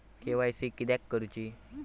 KYC किदयाक करूची?